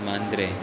Mandrem